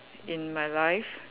in my life